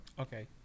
Okay